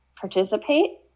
participate